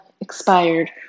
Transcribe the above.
expired